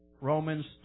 Romans